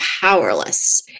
powerless